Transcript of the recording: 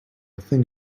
thing